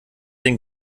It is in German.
den